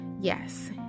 Yes